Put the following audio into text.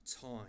time